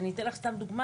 אני אתן לך דוגמה: